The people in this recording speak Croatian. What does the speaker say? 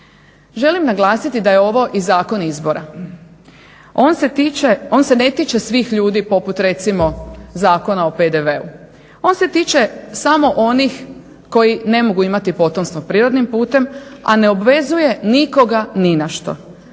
Želim naglasiti da je ovo i zakon izbora. On se ne tiče svih ljudi poput recimo Zakona o PDV-u, on se tiče samo onih koji ne mogu imati potomstvo prirodnim putem a ne obvezuje nikoga ni na što